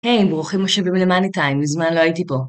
היי, ברוכים הושבים למאניטיים, מזמן לא הייתי פה.